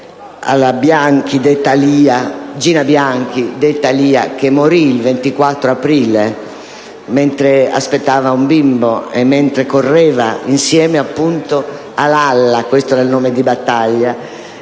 lei, insieme a Gina Bianchi, detta Lia, che morì il 24 aprile, mentre aspettava un bimbo e mentre correva insieme appunto a Lalla (questo era il nome di battaglia